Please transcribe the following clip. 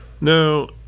No